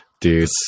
dude